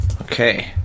Okay